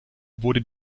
wurde